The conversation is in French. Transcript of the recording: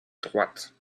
droite